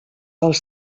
del